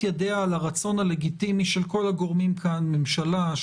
ידיה על הרצון הלגיטימי של כל הגורמים כאן ממשלה,